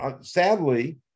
sadly